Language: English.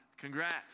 congrats